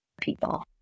people